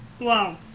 Wow